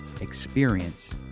experience